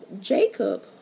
Jacob